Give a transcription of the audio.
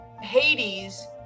Hades